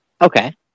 Okay